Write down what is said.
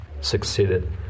succeeded